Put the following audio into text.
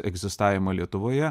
egzistavimą lietuvoje